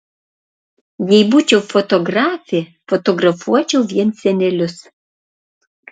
jei būčiau fotografė fotografuočiau vien senelius